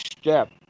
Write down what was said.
step